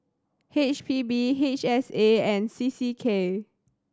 H P B H S A and C C K